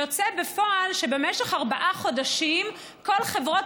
יוצא בפועל שבמשך ארבעה חודשים כל חברות